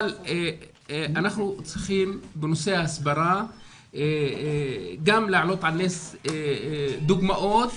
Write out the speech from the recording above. אבל אנחנו צריכים בנושא ההסברה גם להעלות על נס דוגמאות